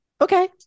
Okay